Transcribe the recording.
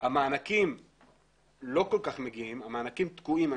המענקים לא כל כך מגיעים, המענקים תקועים.